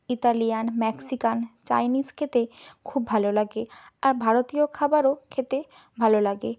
Italian Mexican Chinese খেতে খুব ভালো লাগে আর ভারতীয় খাবারও খেতে ভালো লাগে